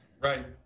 Right